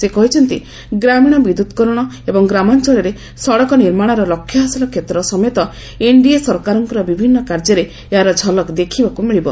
ସେ କହିଛନ୍ତି ଗ୍ରାମୀଣ ବିଦ୍ୟୁତକରଣ ଏବଂ ଗ୍ରାମାଞ୍ଚଳରେ ସଡକ ନିର୍ମାଣ ର ଲକ୍ଷ୍ୟ ହାସଲ କ୍ଷେତ୍ର ସମେତ ଏନଡିଏ ସରକାରଙ୍କର ବିଭିନ୍ନ କାର୍ଯ୍ୟରେ ଏହାର ଝଲକ ଦେଖିବାକୁ ମିଳିବ